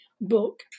book